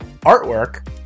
artwork